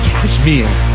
Cashmere